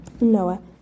Noah